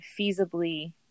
feasibly